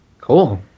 Cool